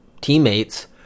teammates